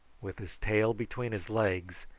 with his tail between his legs,